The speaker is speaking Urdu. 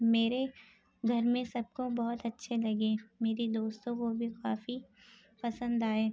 میرے گھر میں سب کو بہت اچّھے لگے میری دوستوں کو بھی کافی پسند آئے